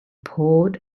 poured